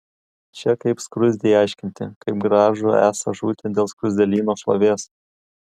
čia kaip skruzdei aiškinti kaip gražu esą žūti dėl skruzdėlyno šlovės